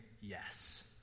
yes